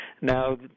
now